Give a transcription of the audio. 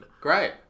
Great